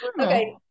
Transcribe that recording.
Okay